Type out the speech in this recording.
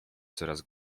coraz